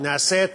נעשית